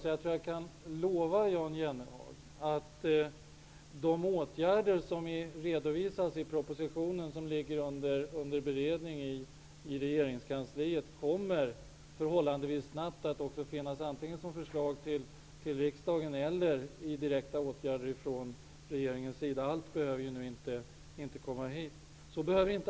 Jag tror att jag kan lova Jan Jennehag att de åtgärder som redovisas i propositionen, och som bereds i regeringskansliet, förhållandevis snabbt kommer att föreligga antingen som förslag till riksdagen eller i form av direkta åtgärder från regeringens sida -- allt behöver ju inte komma hit.